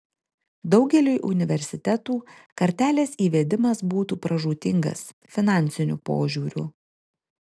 daugeliui universitetų kartelės įvedimas būtų pražūtingas finansiniu požiūriu